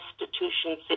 institutions